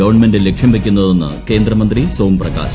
government ലക്ഷ്യം വയ്ക്കൂന്നുതെന്ന് കേന്ദ്രമന്ത്രി സോം പ്രകാശ്